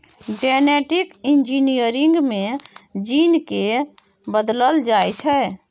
genetic engineering मे gene केँ बदलल जाइ छै